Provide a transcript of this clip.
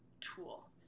tool